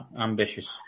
Ambitious